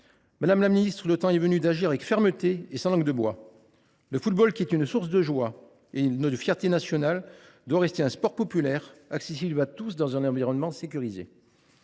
Madame la ministre, le temps est venu d’agir avec fermeté et sans langue de bois. Le football est une source de joie et de fierté nationale. Il doit rester un sport populaire, accessible à tous, dans un environnement sécurisé.